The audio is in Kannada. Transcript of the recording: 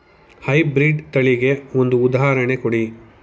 ಹೈ ಬ್ರೀಡ್ ತಳಿಗೆ ಒಂದು ಉದಾಹರಣೆ ಕೊಡಿ?